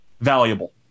valuable